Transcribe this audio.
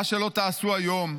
מה שלא תעשו היום,